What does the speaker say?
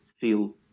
feel